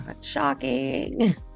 shocking